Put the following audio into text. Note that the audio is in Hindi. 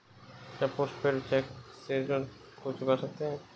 क्या पोस्ट पेड चेक से ऋण को चुका सकते हैं?